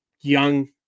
young